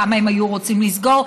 כמה הם היו רוצים לסגור,